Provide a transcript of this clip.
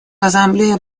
ассамблея